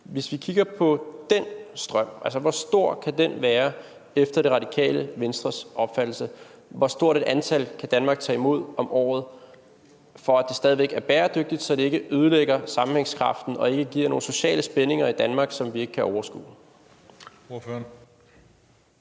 Hvis vi kigger på den strøm, hvor stor kan den være efter Radikale Venstres opfattelse? Hvor stort et antal kan Danmark tage imod om året, for at det stadig væk er bæredygtigt og ikke ødelægger sammenhængskraften og ikke giver nogle sociale spændinger i Danmark, som vi ikke kan overskue?